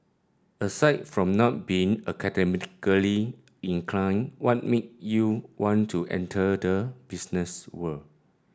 aside from not being academically inclined what made you want to enter the business world